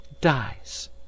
dies